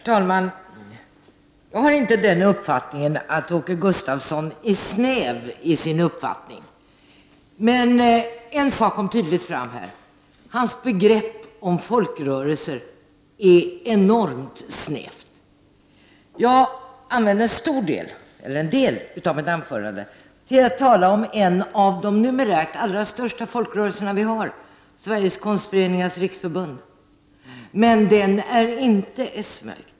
Herr talman! Jag har inte den uppfattningen att Åke Gustavsson är snäv i sin uppfattning, men en sak kom fram tydligt: hans begrepp om folkrörelser är enormt snävt. Jag använde en del av mitt anförande till att tala om en av de numerärt största folkrörelserna i Sverige, Sveriges konstföreningars riksförbund. Men den folkrörelsen är inte s-märkt.